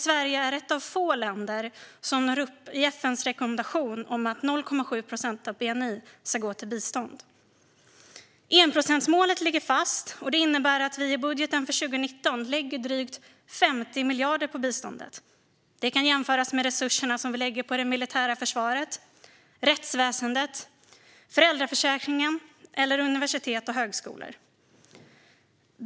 Sverige är ett av få länder som når upp till FN:s rekommendation om att 0,7 procent av bni ska gå till bistånd. Enprocentsmålet ligger fast. Det innebär att vi i budgeten för 2019 lägger drygt 50 miljarder på biståndet. Det kan jämföras med resurserna vi lägger på det militära försvaret, rättsväsendet, föräldraförsäkringen eller universitet och högskolor.